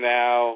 now